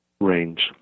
range